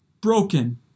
broken